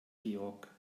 georg